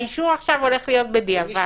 האישור עכשיו הולך להיות בדיעבד.